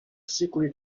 sickly